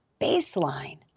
baseline